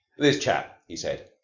this chap, he said,